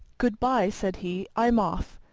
good-bye, said he, i'm off.